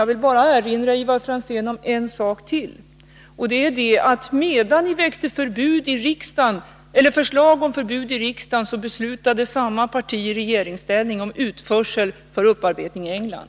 Jag vill bara erinra Ivar Franzén om en sak till: Medan ni väckte förslag om förbud i riksdagen beslutade samma parti i regeringsställning om utförsel för upparbetning i England.